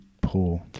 poor